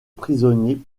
prisonnier